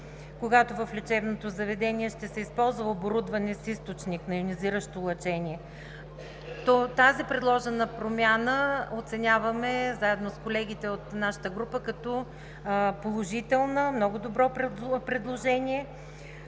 когато в лечебното заведение ще се използва оборудване с източник на йонизиращо лъчение. Предложената промяна оценяваме заедно с колегите от нашата група като положителна – много добро предложение,